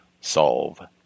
solve